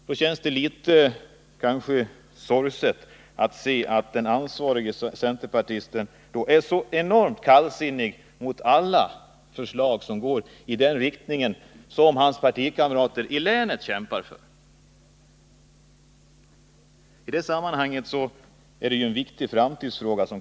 Då känns det litet sorgset att den ansvarige centerpartisten är så enormt kallsinnig mot alla förslag som går i den riktning som hans partikamrater i länet kämpar för. I detta sammanhang kommer en viktig framtidsfråga in.